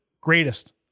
greatest